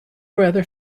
rather